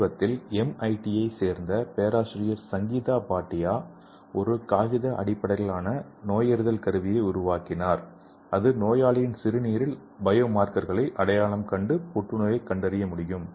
சமீபத்தில் எம்ஐடியைச் சேர்ந்த பேராசிரியர் சங்கீதா பாட்டியா ஒரு காகித அடிப்படையிலான நோயறிதல் கருவியை உருவாக்கினார் இது நோயாளியின் சிறுநீரில் பயோ மார்க்கர் களை அடையாளம் கண்டு புற்றுநோயைக் கண்டறிய முடியும்